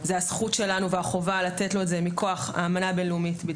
זאת הזכות שלנו והחובה שלנו לתת לו את זה